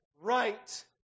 right